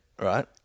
Right